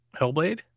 Hellblade